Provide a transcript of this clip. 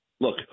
Look